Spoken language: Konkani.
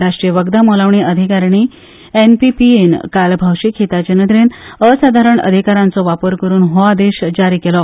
राष्ट्रीय वखदां मोलावणी अधिकारिणी एनपीपीएन काल भौशीक हिताचे नदरेन असाधारण अधिकारांचो वापर करून हो आदेश जारी केलो